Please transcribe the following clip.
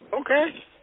Okay